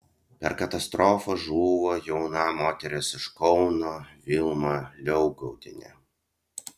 per katastrofą žuvo jauna moteris iš kauno vilma liaugaudienė